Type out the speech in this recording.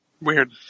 Weird